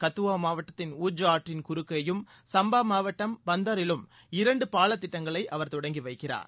கத்துவா மாவட்டத்தின் உஜ் ஆற்றின் குறுக்கேயும் சும்பா மாவட்டம் பசந்தரிலும் இரண்டு பால திட்டங்களை அவர் தொடங்கி வைக்கிறார்